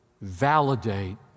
validate